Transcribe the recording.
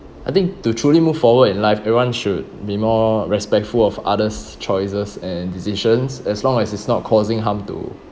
I think to truly move forward in life everyone should be more respectful of other's choices and decisions as long as it's not causing harm to